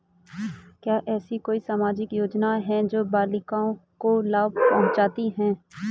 क्या ऐसी कोई सामाजिक योजनाएँ हैं जो बालिकाओं को लाभ पहुँचाती हैं?